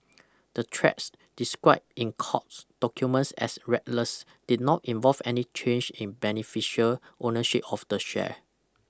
the trades described in courts documents as reckless did not involve any change in beneficial ownership of the share